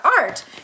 art